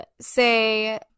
say